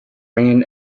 ran